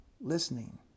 listening